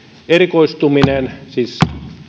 erikoistuminen siis